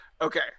okay